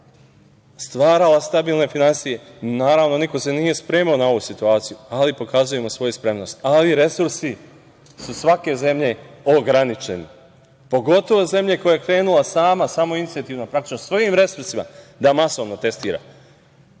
stvarala stabilne finansije. Naravno, niko se nije spremao na ovu situaciju, ali pokazujemo svoju spremnost. Rsursi su svake zemlje ograničene, pogotovo zemlja koja je krenula sama, samoinicijativno praktično, svojim resursima da masovno testira. Zar